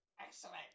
Excellent